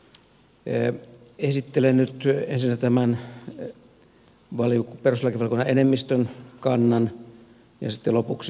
esittelen nyt ensinnä tämän perustuslakivaliokunnan enemmistön kannan ja sitten lopuksi tulen tuohon vastalauseeseen